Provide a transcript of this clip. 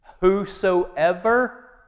whosoever